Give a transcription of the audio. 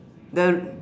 the